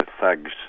thugs